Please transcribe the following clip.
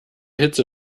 hitze